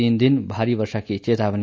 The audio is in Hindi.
तीन दिन भारी वर्षा की चेतावनी